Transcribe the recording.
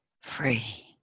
free